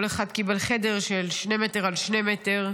כל אחד קיבל חדר של שני מטר על שני מטר,